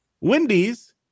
Wendy's